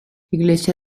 iglesia